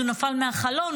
הוא נפל מהחלון,